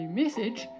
message